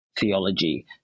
theology